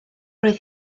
roedd